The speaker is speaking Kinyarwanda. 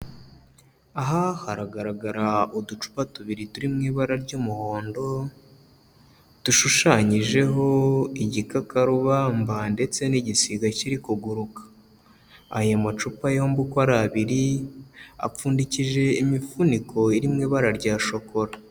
Aha hagaragara uducupa tubiri turi mu ibara ry'umuhondo, dushushanyijeho igikakarubamba ndetse n'igisiga kiri kuguruka, aya macupa yombi uko ari abiri, apfundikije imifuniko iri mu ibara rya shokora.